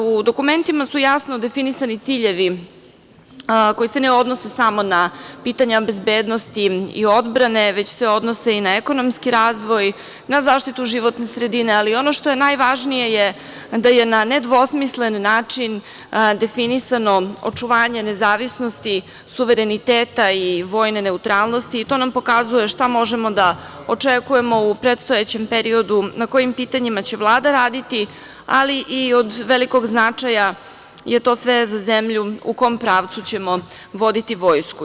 U dokumentima su jasno definisani ciljevi, koji se ne odnose samo na pitanja bezbednosti i odbrane, već se odnose i na ekonomski razvoj, na zaštitu životne sredine, ali ono što je najvažnije je da je na nedvosmislen način definisano očuvanje nezavisnosti, suvereniteta i vojne neutralnosti i to nam pokazuje šta možemo da očekujemo u predstojećem periodu, na kojim pitanjima će Vlada raditi, ali i od velikog značaja je to sve za zemlju, u kom pravcu ćemo voditi vojsku.